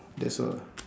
that's all